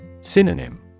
Synonym